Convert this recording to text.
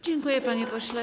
Dziękuję, panie pośle.